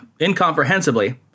incomprehensibly